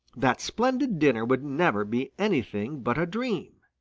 that splendid dinner would never be anything but a dream.